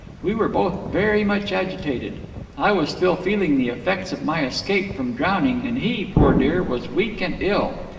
we were both very much agitated i was still feeling the effects of my escape from drowning, and he, poor dear, was weak and ill.